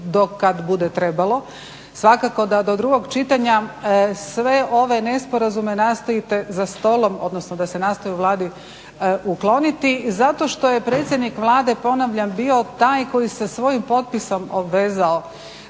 do kada bude trebalo. Svakako da do drugog čitanja sve ove nesporazume nastojite za stolom odnosno da se nastoje u Vladi ukloniti zato što je predsjednik Vlade ponavljam bio taj koji se svojim potpisom obvezao